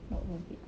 not worth it